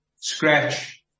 scratch